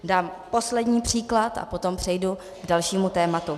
Dám poslední příklad a potom přejdu k dalšímu tématu.